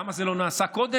למה זה לא נעשה קודם?